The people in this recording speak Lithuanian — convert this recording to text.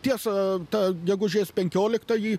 tiesa tą gegužės penkioliktąjį